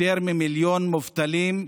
יש יותר ממיליון מובטלים,